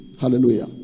Hallelujah